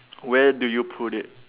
where do you put it